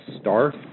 star